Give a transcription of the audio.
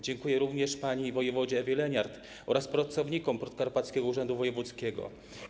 Dziękuję również pani wojewodzie Ewie Leniart oraz pracownikom Podkarpackiego Urzędu Wojewódzkiego.